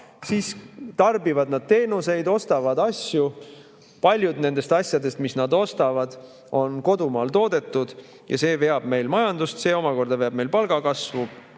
siis nad tarbivad teenuseid ja ostavad asju. Paljud nendest asjadest, mida nad ostavad, on kodumaal toodetud. See veab meie majandust, see omakorda veab palgakasvu,